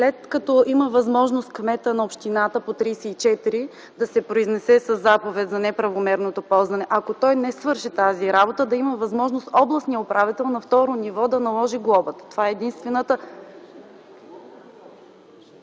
след като има възможност кметът на общината по чл. 34 да се произнесе със заповед за неправомерното ползване, ако той не свърши тази работа, да има възможност областният управител на второ ниво да наложи глоба. Това е единствената ...